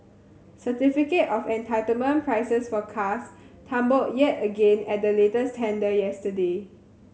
certificate of entitlement prices for cars tumbled yet again at the latest tender yesterday